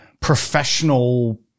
professional